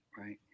Right